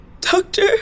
Doctor